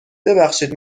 ببخشید